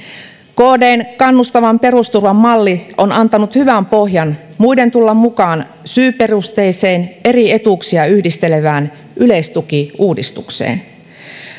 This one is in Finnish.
kdn kannustavan perusturvan malli on antanut hyvän pohjan muiden tulla mukaan syyperusteiseen eri etuuksia yhdistelevään yleistukiuudistukseen